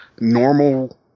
normal